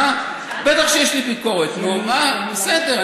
נו, מה, בסדר.